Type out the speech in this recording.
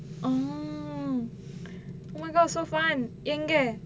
oo oh my god so fun எங்க:enga